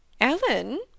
ellen